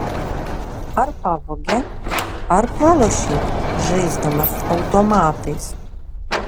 ar pavogė ar pralošei žaisdamas automatais